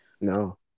No